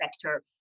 sector